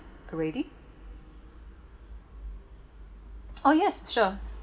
already oh yes sure